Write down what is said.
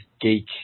geek